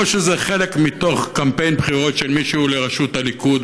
או שזה חלק מתוך קמפיין בחירות של מישהו לראשות הליכוד,